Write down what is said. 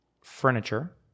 furniture